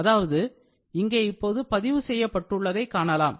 அதாவது இங்கே இப்பொழுது பதிவு செய்யப்படுவதை காணலாம்